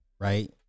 right